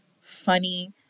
funny